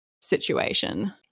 situation